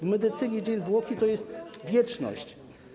W medycynie dzień zwłoki to jest wieczność.